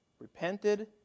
Repented